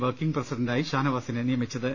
working പ്രസിഡന്റായി ഷാനവാസിനെ നിയമിച്ചത്